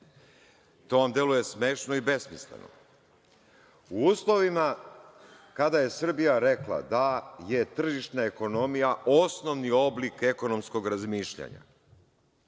vam deluje smešno i besmisleno. U uslovima kada je Srbija rekla da je tržišna ekonomija osnovni oblik ekonomskog razmišljanja,